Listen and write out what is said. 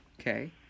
okay